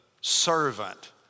servant